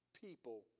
people